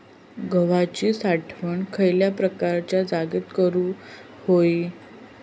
गव्हाची साठवण खयल्या प्रकारच्या जागेत करू होई?